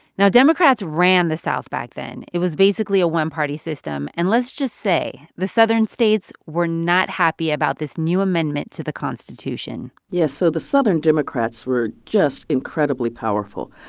now, democrats ran the south back then. it was basically a one-party system. and let's just say, the southern states were not happy about this new amendment to the constitution yeah, so so the southern democrats were just incredibly powerful.